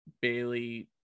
Bailey